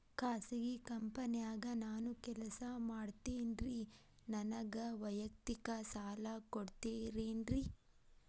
ಖಾಸಗಿ ಕಂಪನ್ಯಾಗ ನಾನು ಕೆಲಸ ಮಾಡ್ತೇನ್ರಿ, ನನಗ ವೈಯಕ್ತಿಕ ಸಾಲ ಕೊಡ್ತೇರೇನ್ರಿ?